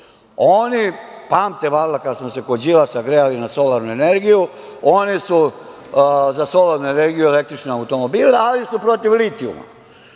pamte kada smo se kod Đilasa grejali na solarnu energiju, oni su za solarnu energiju i električne automobile, ali su protiv litijuma.